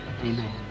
Amen